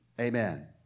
Amen